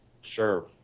sure